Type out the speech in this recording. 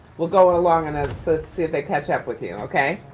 we'll go on a long enough to see if they catch up with you, okay.